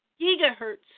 gigahertz